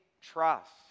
trust